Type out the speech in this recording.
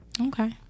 Okay